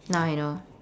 now I know